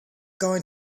going